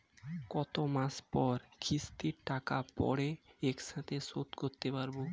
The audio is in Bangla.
কত মাস পর কিস্তির টাকা পড়ে একসাথে শোধ করতে পারবো?